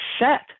set